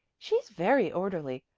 she's very orderly.